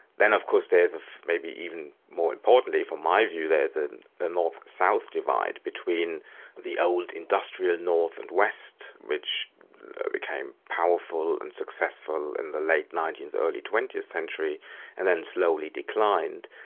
then of course there is, maybe even more importantly from my view, there is a and north south divide between the old industrial north and west which became powerful and successful in the late nineteenth, early twentieth century and then slowly declined,